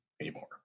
anymore